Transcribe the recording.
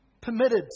permitted